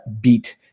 beat